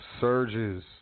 surges